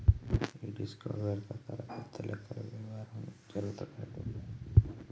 ఈ డిస్కౌంట్ వెనకాతల పెద్ద లెక్కల యవ్వారం జరగతాదని తెలియలా